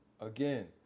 Again